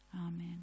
amen